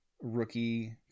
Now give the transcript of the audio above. rookie